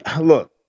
look